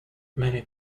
many